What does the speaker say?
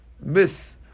miss